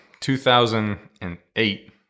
2008